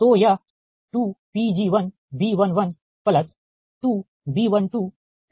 तो यह 2Pg1B112B12Pg2 होगा ठीक